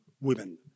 women